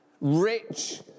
rich